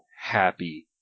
happy